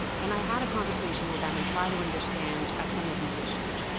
and i had a conversation with them and tried to understand ah some of these issues.